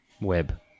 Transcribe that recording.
web